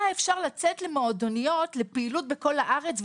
אי אפשר היה לצאת למועדוניות בפעילות בכל הארץ,